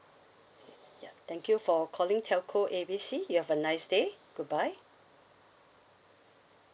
ya thank you for calling telco A B C you have a nice day goodbye